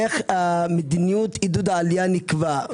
איך המדינות של עידוד העלייה נקבעת?